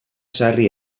sarri